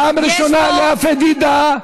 פעם ראשונה, לאה פדידה.